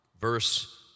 Verse